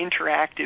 interactive